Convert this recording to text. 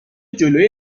جلوی